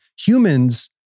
humans